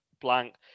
Blank